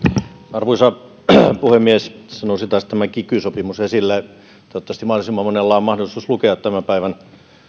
arvoisa puhemies tässä nousi taas kiky sopimus esille toivottavasti mahdollisimman monella on mahdollisuus lukea tämän päivän